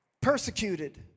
persecuted